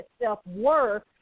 self-worth